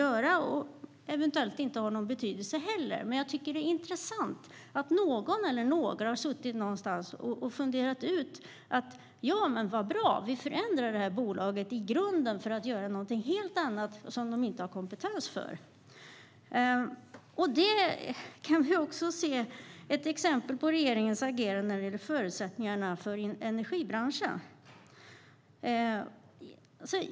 Det har eventuellt ingen betydelse, men jag tycker att det är intressant att någon eller några har suttit någonstans och funderat ut att det vore bra att förändra bolaget i grunden så att det gör något helt annat som det inte har kompetens för. Ett exempel på detta är regeringens agerande när det gäller förutsättningarna för energibranschen.